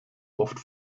oft